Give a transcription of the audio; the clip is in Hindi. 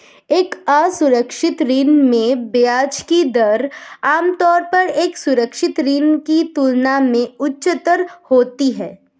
एक असुरक्षित ऋण में ब्याज की दर आमतौर पर एक सुरक्षित ऋण की तुलना में उच्चतर होती है?